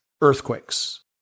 earthquakes